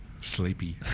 Sleepy